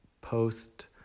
post